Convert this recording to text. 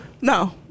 No